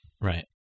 right